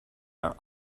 are